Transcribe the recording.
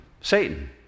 Satan